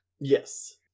Yes